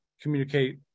communicate